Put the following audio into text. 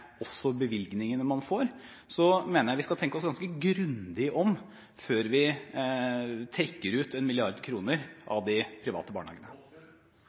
bevilgningene man får, mener jeg at vi skal tenke oss ganske grundig om før vi trekker ut 1 mrd. kr av de private barnehagene.